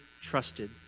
trusted